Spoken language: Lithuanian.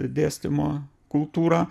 dėstymo kultūra